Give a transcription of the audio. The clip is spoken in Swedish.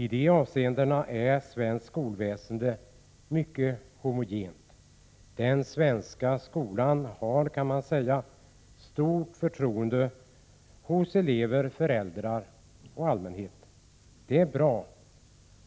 I de avseendena är svenskt skolväsende mycket homogent. Den svenska skolan har, kan man säga, stort förtroende hos elever, föräldrar och allmänhet. Det är bra